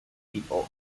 people